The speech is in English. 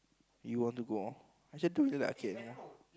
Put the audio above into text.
you want to go